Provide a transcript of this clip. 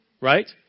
right